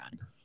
on